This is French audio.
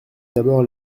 d’abord